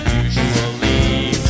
usually